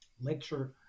lecture